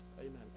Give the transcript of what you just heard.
Amen